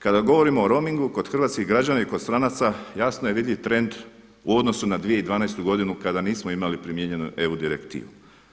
Kada govorimo o roomingu kod hrvatskih građana i kod stranaca jasno je vidljiv trend u odnosu na 2012. godinu kada nismo imali primijenjenu EU direktivu.